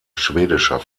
schwedischer